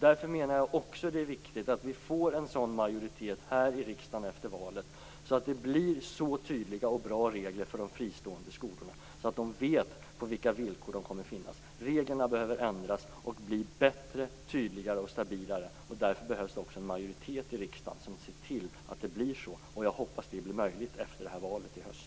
Därför menar jag att det är viktigt att vi får en sådan majoritet här i riksdagen efter valet att det blir så tydliga och bra regler för de fristående skolorna att de vet på vilka villkor de kommer att finnas. Reglerna behöver ändras och bli bättre, tydligare och stabilare. Därför behövs det en majoritet i riksdagen som ser till att det blir så. Jag hoppas att det blir möjligt efter valet i höst.